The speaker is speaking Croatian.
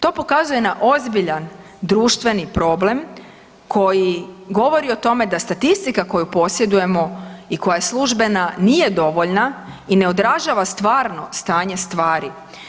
To pokazuje na ozbiljan društveni problem koji govori o tome da statistika koju posjedujemo i koja je službena nije dovoljna i ne odražava stvarno stanje stvari.